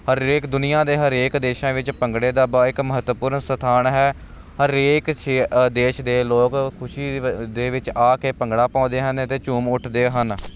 ਹਰੇਕ ਦੁਨੀਆਂ ਦੇ ਹਰੇਕ ਦੇਸ਼ਾਂ ਵਿੱਚ ਭੰਗੜੇ ਦਾ ਬਾ ਇੱਕ ਮਹੱਤਵਪੂਰਨ ਸਥਾਨ ਹੈ ਹਰੇਕ ਸ਼ੇ ਦੇਸ਼ ਦੇ ਲੋਕ ਖੁਸ਼ੀ ਦੇ ਵਿੱਚ ਆ ਕੇ ਭੰਗੜਾ ਪਾਉਂਦੇ ਹਨ ਅਤੇ ਝੂਮ ਉੱਠਦੇ ਹਨ